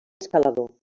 escalador